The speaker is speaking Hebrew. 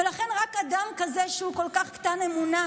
ולכן רק אדם כזה, שהוא כל כך קטן אמונה,